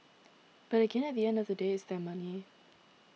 but again at the end of the day it's their money